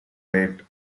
rate